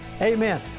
Amen